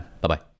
Bye-bye